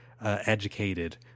educated